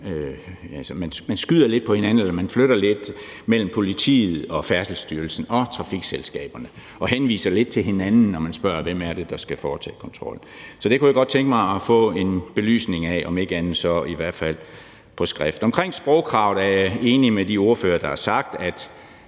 man skyder lidt på hinanden, at man flytter lidt mellem politiet, Færdselsstyrelsen og trafikselskaberne. Man henviser lidt til hinanden, når man spørger, hvem det er, der skal foretage kontrollen. Så det kunne jeg godt tænke mig at få belyst, om ikke andet så i hvert fald på skrift. Hvad angår sprogkravet, er jeg enig med de ordførere, der har sagt, at